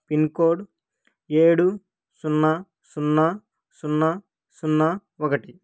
pin code ఏడు సున్నా సున్నా సున్నా సున్నా ఒకటి